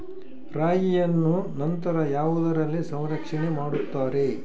ರಾಗಿಯನ್ನು ನಂತರ ಯಾವುದರಲ್ಲಿ ಸಂರಕ್ಷಣೆ ಮಾಡುತ್ತಾರೆ?